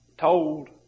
told